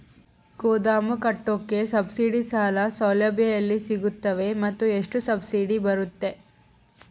ಗೋದಾಮು ಕಟ್ಟೋಕೆ ಸಬ್ಸಿಡಿ ಸಾಲ ಸೌಲಭ್ಯ ಎಲ್ಲಿ ಸಿಗುತ್ತವೆ ಮತ್ತು ಎಷ್ಟು ಸಬ್ಸಿಡಿ ಬರುತ್ತೆ?